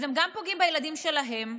אז הם גם פוגעים בילדים שלהם,